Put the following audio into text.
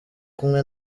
kumwe